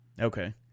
Okay